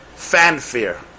fanfare